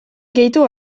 gehitu